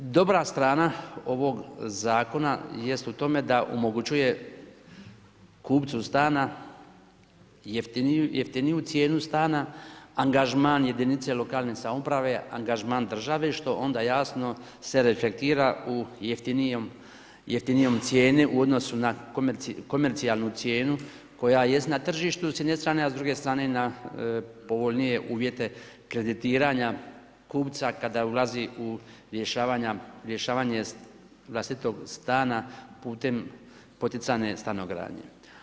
Dobra strana ovog zakona jest u tome da omogućuje kupcu stana jeftiniju cijenu stana, angažman jedinice lokalne samouprave, angažman države što se onda jasno reflektira u jeftinijoj cijeni u odnosu na komercijalnu cijenu koja jest na tržištu s jedne strane, a s druge strane na povoljnije uvjete kreditiranja kupca kada ulazi u rješavanje vlastitog stana putem poticajne stanogradnje.